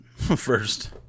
first